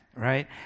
right